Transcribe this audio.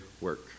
work